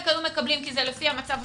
היו מקבלים כי זה לפי המצב הסוציואקונומי,